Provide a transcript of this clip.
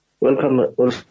Welcome